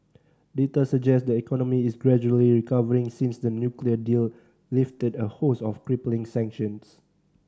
data suggest the economy is gradually recovering since the nuclear deal lifted a host of crippling sanctions